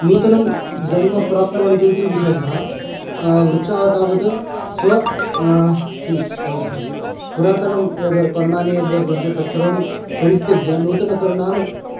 नूतनं जन्म प्राप्नुवन्ति इति विशेषः वृक्षाः तावत् स्व किं पुरातनं यद् पर्णानि यद्वर्तन्ते तत्सर्वं परित्यज्य नूतनपर्णानि